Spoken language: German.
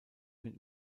mit